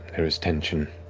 there is tension